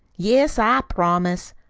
yes, i promise.